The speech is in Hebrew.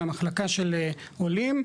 מהמחלקה של עולים,